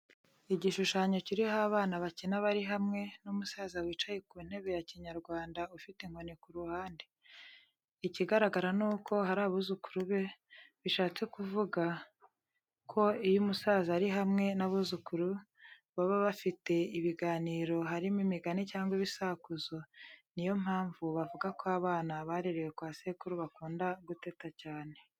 Igishushanyo kiriho abana bakina bari hamwe n'umusaza wicaye ku ntebe ya kinyarwanda, ufite inkoni ku ruhande. Ikigaragara ni uko ari abuzukuru be, bishatse kuvuga ko iyo umusaza ari hamwe n'abuzukuru, baba bafite ibiganiro, harimo imigani cyangwa ibisakuzo, ni yo mpamvu bavuga ko abana barerewe kwa sekuru bakunda guteta cyane.